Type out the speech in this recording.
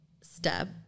step